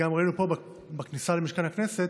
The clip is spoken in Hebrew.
וגם ראינו פה בכניסה למשכן הכנסת,